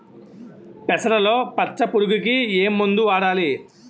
పెసరలో పచ్చ పురుగుకి ఏ మందు వాడాలి?